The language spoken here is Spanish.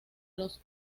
los